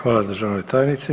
Hvala državnoj tajnici.